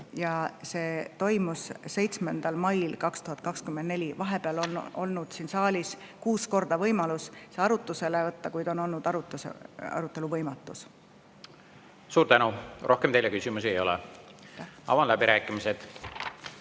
Ja see toimus 7. mail 2024. Vahepeal on olnud siin saalis kuus korda võimalus see arutusele võtta, kuid on olnud arutelu võimatus. Suur tänu! Rohkem teile küsimusi ei ole. Avan läbirääkimised.